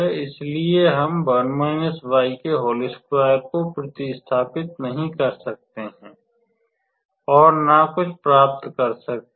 इसलिए हम को प्र्तिस्थापित नहीं कर सकते हैं और ना कुछ प्राप्त कर सकते हैं